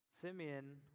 Simeon